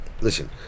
Listen